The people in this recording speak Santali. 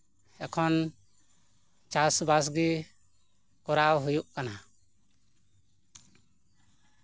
ᱮᱠᱷᱚᱱ ᱪᱟᱥᱵᱟᱥ ᱜᱮ ᱠᱚᱨᱟᱣ ᱦᱩᱭᱩᱜ ᱠᱟᱱᱟ